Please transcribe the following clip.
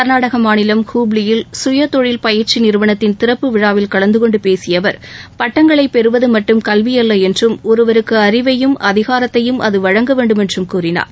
கர்நாடக மாநிலம் ஹூப்ளியில் சுயதொழில் பயிற்சி நிறுவனத்தின் திறப்பு விழாவில் கலந்து கொண்டு பேசிய அவர் பட்டங்களை பெறுவது மட்டும் கல்வியல்ல என்றும் ஒருவருக்கு அறிவையும் அதிகாரத்தையும் அது வழங்க வேண்டுமென்றும் கூறினார்